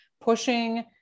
pushing